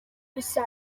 gusa